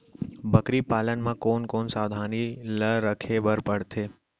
बकरी पालन म कोन कोन सावधानी ल रखे बर पढ़थे?